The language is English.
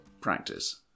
practice